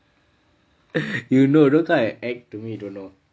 you know don't come and act to me don't know